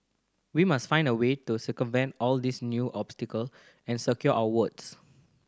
we must find a way to circumvent all these new obstacle and secure our votes